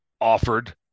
offered